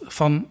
van